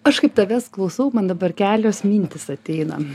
aš kaip tavęs klausau man dabar kelios mintys ateina